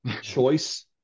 choice